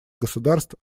государств